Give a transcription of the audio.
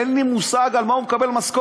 אין לי מושג על מה הוא מקבל משכורת.